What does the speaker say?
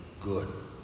good